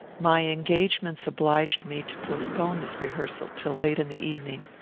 my engagements obliged me to postpone this rehearsal till late in the evening.